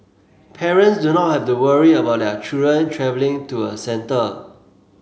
parents do not have to worry about their children travelling to a centre